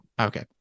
okay